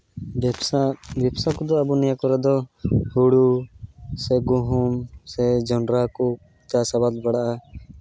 ᱵᱮᱵᱽᱥᱟ ᱵᱮᱵᱽᱥᱟ ᱠᱚᱫᱚ ᱟᱵᱚ ᱱᱤᱭᱟᱹ ᱠᱚᱨᱮ ᱫᱚ ᱦᱳᱲᱳ ᱥᱮ ᱜᱩᱦᱩᱢ ᱥᱮ ᱡᱚᱱᱰᱨᱟ ᱠᱚ ᱪᱟᱥ ᱟᱵᱟᱫ ᱵᱟᱲᱟᱜᱼᱟ